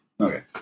Okay